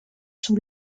sous